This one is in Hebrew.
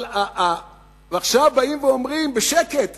ועכשיו באים ואומרים, בשקט: